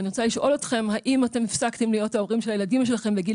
ואני רוצה לשאול אתכם אם אתם הפסקתם להיות ההורים של הילדים שלכם בגיל